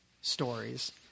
stories